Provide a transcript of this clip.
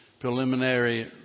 preliminary